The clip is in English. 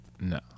No